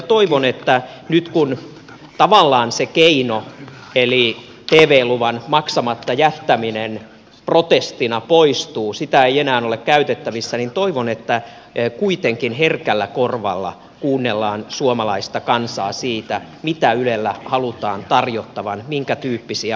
toivon että nyt kun tavallaan se keino eli tv luvan maksamatta jättäminen protestina poistuu sitä ei enää ole käytettävissä niin kuitenkin herkällä korvalla kuunnellaan suomalaista kansaa siinä mitä ylellä halutaan tarjottavan minkä tyyppisiä ohjelmia